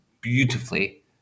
beautifully